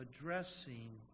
addressing